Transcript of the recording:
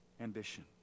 ambition